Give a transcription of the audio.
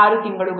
6 ತಿಂಗಳುಗಳು